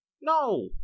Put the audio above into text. No